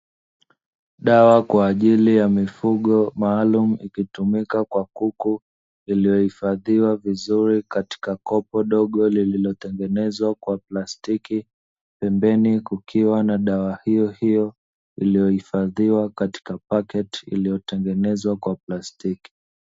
Dawa kwa ajili ya mifugo maalum ikitumika kwa kuku iliyohifadhiwa, vizuri katika kopo dogo lililotengenezwa kwa plastiki pembeni, kukiwa na dawa hiyo hiyo iliyohifadhiwa katika paketi iliyotengenezwa kwa plastiki